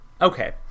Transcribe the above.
Okay